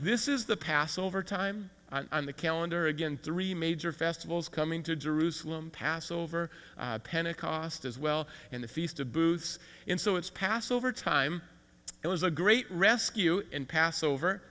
this is the passover time on the calendar again three major festivals coming to jerusalem passover pentecost as well and the feast of booths in so it's passover time it was a great rescue and passover